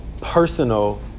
personal